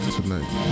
tonight